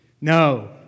No